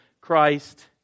Christ